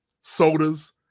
sodas